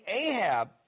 Ahab